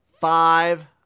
five